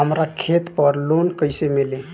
हमरा खेत पर लोन कैसे मिली?